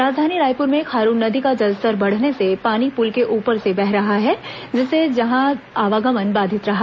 राजधानी रायपुर में खारून नदी का जलस्तर बढ़ने से पानी पुल के ऊपर से बह रहा है जिससे यहां पर आवागमन बाधित रहा